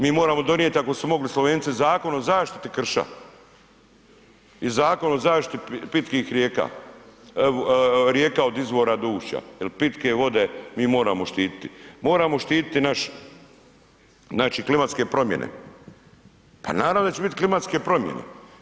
Mi moramo donijet, ako su mogli Slovenci, Zakon o zaštiti krša i Zakon o zaštiti pitkih rijeka, rijeka od izvora do ušća, jel pitke vode mi moramo štititi, moramo štititi naš, znači, klimatske promjene, pa naravno da će bit klimatske promjene.